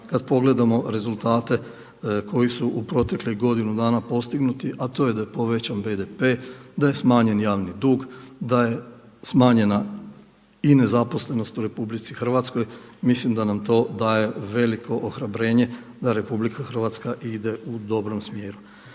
kad pogledamo rezultate koji su u proteklih godinu dana postignuti a to je da je povećan BDP, da je smanjen javni dug, da je smanjena i nezaposlenost u RH. Mislim da nam to daje veliko ohrabljenje da RH ide u dobrom smjeru.